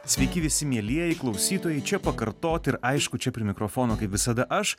sveiki visi mielieji klausytojai čia pakartoti ir aišku čia prie mikrofono kaip visada aš